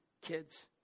kids